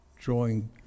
drawing